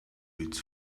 its